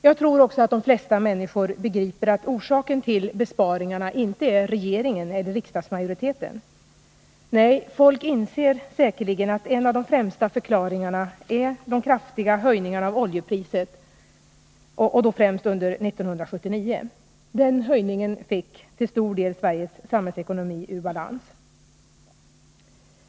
Jag tror också att de flesta människor begriper att orsaken till besparingarna inte är regeringen eller riksdagsmajoriteten. Nej, folk inser säkerligen att en av de främsta förklaringarna är de kraftiga höjningarna av oljepriset — och då främst under 1979. Den höjningen fick till stor del Sveriges samhällsekonomi ur balans.